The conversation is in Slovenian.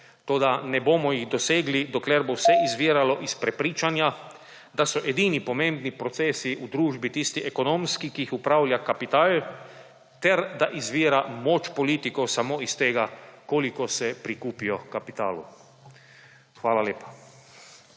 toda ne bomo jih dosegli, dokler bo vse izviralo iz prepričanja, da so edini pomembni procesi v družbi tisti ekonomski, ki jih upravlja kapital, ter da izvira moč politikov samo iz tega, koliko se prikupijo kapitalu. Hvala lepa.